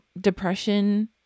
depression